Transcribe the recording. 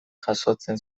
jasotzen